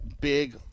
big